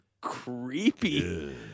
creepy